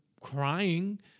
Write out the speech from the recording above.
crying